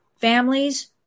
families